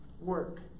work